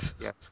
Yes